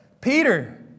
Peter